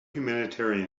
humanitarian